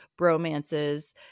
bromances